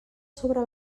sobre